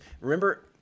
remember